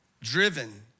driven